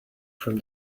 from